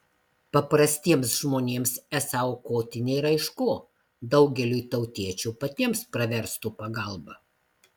paprastiems žmonėms esą aukoti nėra iš ko daugeliui tautiečių patiems pravestų pagalba